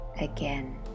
again